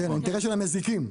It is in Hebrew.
האינטרס של המזיקים.